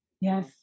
Yes